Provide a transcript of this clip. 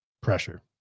Pressure